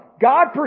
God